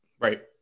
Right